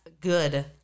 good